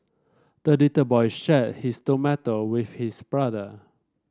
the little boy shared his tomato with his brother